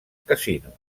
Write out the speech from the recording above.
casino